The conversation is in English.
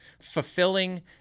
Fulfilling